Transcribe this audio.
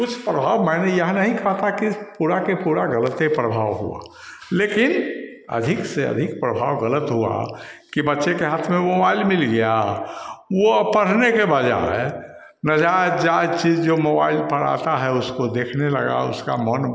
कुछ प्रभाव मैंने यह नहीं कहता कि पूरा के पूरा गलत ही प्रभाव हुआ लेकिन अधिक से अधिक प्रभाव गलत हुआ कि बच्चे के हाथ में मोबाइल मिल गया वह अब पढ़ने के बजाय नाजायज़ जायज़ चीज़ जो मोबाइल पर आता है उसको देखने लगा उसका मन